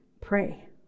pray